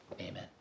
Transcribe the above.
amen